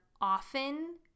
often